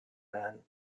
man